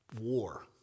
War